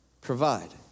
Provide